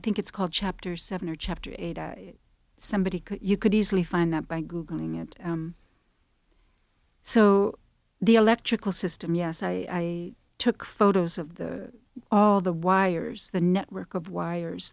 think it's called chapter seven or chapter eight or somebody could you could easily find that by googling it so the electrical system yes i took photos of all the wires the network of wires